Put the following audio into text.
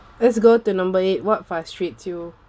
let's go to number eight what frustrates you